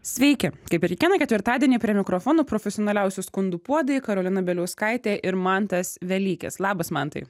sveiki kaip ir kiekvieną ketvirtadienį prie mikrofono profesionaliausių skundų puodai karolina bieliauskaitė ir mantas velykis labas mantai